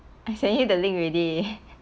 I sent you the link already